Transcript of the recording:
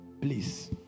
Please